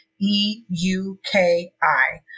E-U-K-I